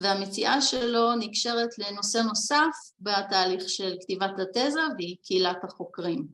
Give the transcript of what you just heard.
‫והמציאה שלו נקשרת לנושא נוסף ‫בהתהליך של כתיבת התזה, ‫והיא קהילת החוקרים.